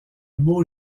beau